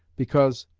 because,